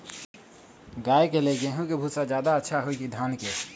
गाय के ले गेंहू के भूसा ज्यादा अच्छा होई की धान के?